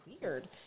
weird